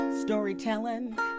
Storytelling